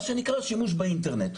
מה שנקרא שימוש באינטרנט.